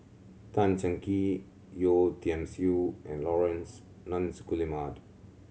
Tan Cheng Kee Yeo Tiam Siew and Laurence Nunns Guillemard